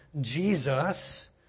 Jesus